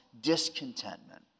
discontentment